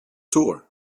tour